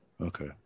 Okay